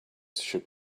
should